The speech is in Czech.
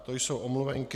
To jsou omluvenky.